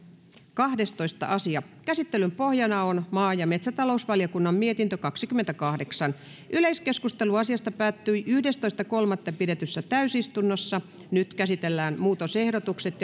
kahdestoista asia käsittelyn pohjana on maa ja metsätalousvaliokunnan mietintö kaksikymmentäkahdeksan yleiskeskustelu asiasta päättyi yhdestoista kolmatta kaksituhattayhdeksäntoista pidetyssä täysistunnossa nyt käsitellään muutosehdotukset